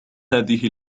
هذه